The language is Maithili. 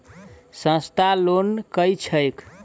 सस्ता लोन केँ छैक